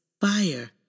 fire